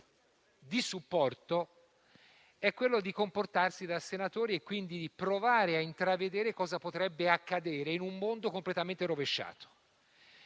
di supporto, è comportarsi da senatori e, quindi, di provare a intravedere cosa potrebbe accadere in un mondo completamente rovesciato.